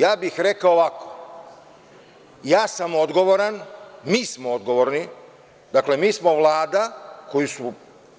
Ja bih rekao ovako, ja sam odgovoran, mi smo odgovorni, dakle, mi smo Vlada koju su